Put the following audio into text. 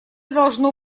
должно